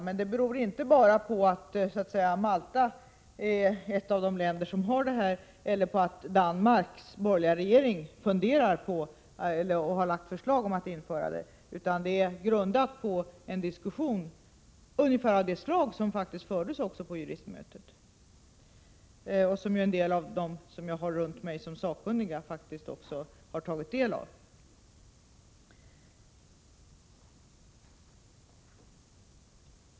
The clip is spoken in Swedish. Men det beror inte på att Malta är ett av de länder som har detta straff eller på att Danmarks borgerliga regering har lagt ett förslag om att införa detta straff. Min inställning är grundad på en diskussion av det slag som faktiskt fördes på juristmötet och som även en del av de sakkunniga jag har runt mig har tagit del av.